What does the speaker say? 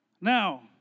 Now